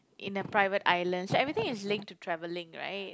in the private island so everything is link to travelling right